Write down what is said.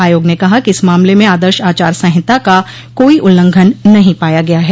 आयोग ने कहा कि इस मामले में आदर्श आचार संहिता का कोई उल्लंघन नहीं पाया गया है